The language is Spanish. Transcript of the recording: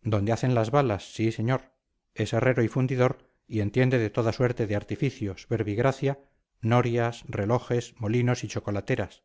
donde hacen las balas sí señor es herrero y fundidor y entiende de toda suerte de artificios verbigracia norias relojes molinos y chocolateras